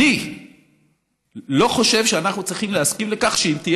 אני לא חושב שאנחנו צריכים להסכים לכך שאם תהיה